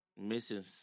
missing